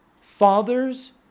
fathers